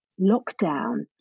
lockdown